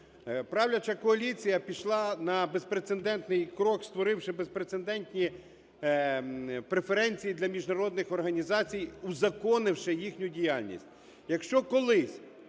Правляча коаліція пішла на безпрецедентний крок, створивши безпрецедентні преференції для міжнародних організацій, узаконивши їхню діяльність.